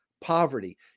poverty